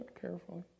carefully